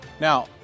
Now